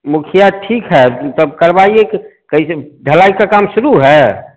मुखिया ठीक है तब करवाइए कैसे ढलाई का काम शुरू है